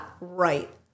right